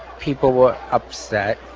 people were upset.